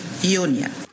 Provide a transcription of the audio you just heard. Union